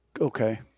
Okay